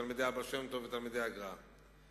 תלמידי הבעל-שם-טוב ותלמידי הגר"א לפני יותר מ-200 שנה.